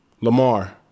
Lamar